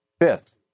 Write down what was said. Fifth